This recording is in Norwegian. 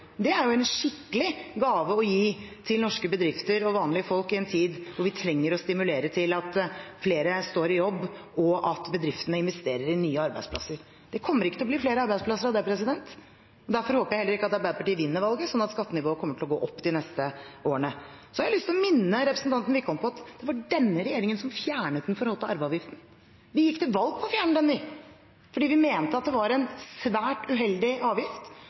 Det er en skikkelig gave å gi til norske bedrifter og vanlige folk i en tid hvor vi trenger å stimulere til at flere står i jobb, og at bedriftene investerer i nye arbeidsplasser. Det kommer ikke til å bli flere arbeidsplasser av det. Derfor håper jeg ikke at Arbeiderpartiet vinner valget, sånn at skattenivået kommer til å gå opp de neste årene. Så har jeg lyst til å minne representanten Wickholm på at det var denne regjeringen som fjernet den forhatte arveavgiften. Vi gikk til valg på å fjerne den fordi vi mente at det var en svært uheldig avgift